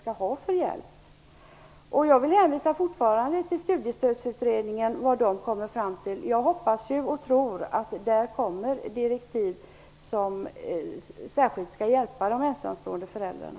Jag vill fortfarande hänvisa till vad Studiestödsutredningen kommer fram till. Jag hoppas och tror att där kommer direktiv som särskilt skall hjälpa de ensamstående föräldrarna.